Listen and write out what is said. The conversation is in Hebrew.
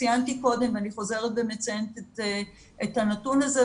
ציינתי קודם ואני חוזרת ומציינת את הנתון הזה,